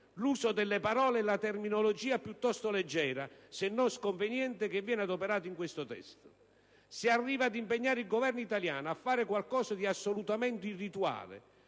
l'uso delle parole e la terminologia piuttosto leggera, se non sconveniente, che viene adoperata in questo testo. Si arriva ad impegnare il Governo italiano a fare qualcosa di assolutamente irrituale,